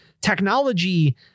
Technology